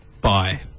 Bye